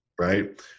right